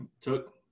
took